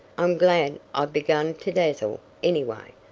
i'm glad i've begun to dazzle, anyway.